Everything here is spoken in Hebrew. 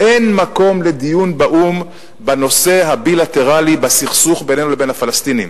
אין מקום לדיון באו"ם בנושא הבילטרלי בסכסוך בינינו לבין הפלסטינים.